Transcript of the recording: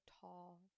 tall